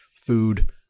food